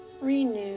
renew